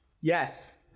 yes